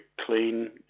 clean